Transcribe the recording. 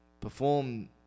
Perform